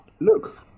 look